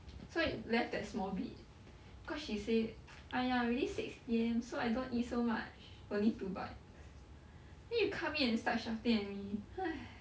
所以 left that small bit cause she said !aiya! already six P_M so I don't eat so much only two bites then you come in and start shouting at me !hais!